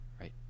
right